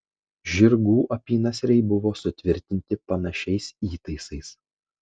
žirgų apynasriai buvo sutvirtinti panašiais įtaisais